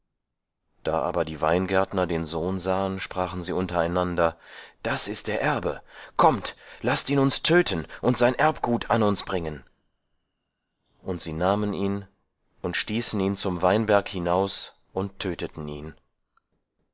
da aber die weingärtner den sohn sahen sprachen sie untereinander das ist der erbe kommt laßt uns ihn töten und sein erbgut an uns bringen und sie nahmen ihn und stießen ihn zum weinberg hinaus und töteten ihn